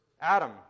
Adam